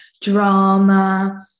drama